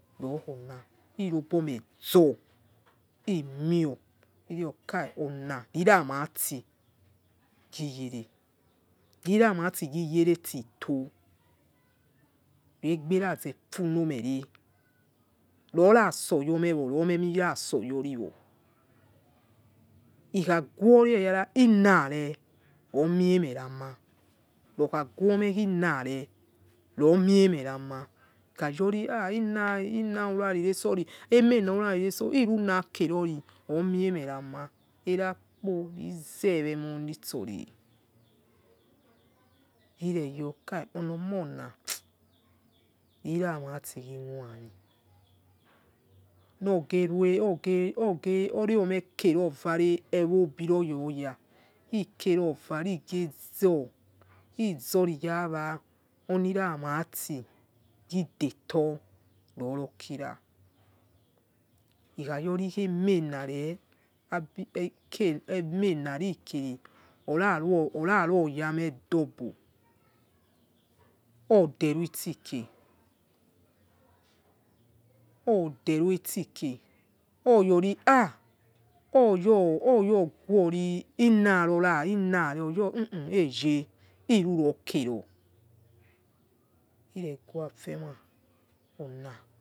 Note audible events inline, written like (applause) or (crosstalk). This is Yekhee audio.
Rokhona irobomezo imior iyorkai onarira mati giyere riramati giyere tito regberazefunomere rorasoyo me rori rasoyoriwo ikhagori eyana inare omie meh rama rokhaguoma inare romie meh rama ikhayori ina ma rurari resori emenaruare resori irunakerori omie merame erakpo rizewomeh nitsoni riregokai onomoh (noise) rirarati ghi wami noghe orghe oriomeke rovare ewo niroyo ga ikerovare igezor izori yawa oniramati gidetor rorokira ikheyori khemena re abi ek eme narikere ora oraruo yame doble odero itsike odero itsike oyoriha oyo oyoghori ina inareo oyo huhu ejeh irurokero ireguofemai ona,